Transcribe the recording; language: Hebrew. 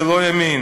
זה לא ימין.